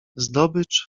zdobycz